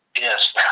Yes